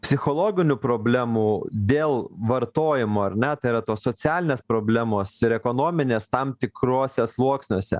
psichologinių problemų dėl vartojimo ar ne tai yra tos socialinės problemos ir ekonominės tam tikruose sluoksniuose